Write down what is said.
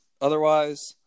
otherwise